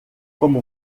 como